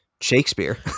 Shakespeare